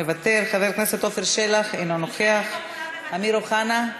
מוותר, חבר הכנסת עפר שלח, אינו נוכח, אמיר אוחנה,